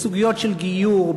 בסוגיות של גיור,